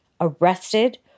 arrested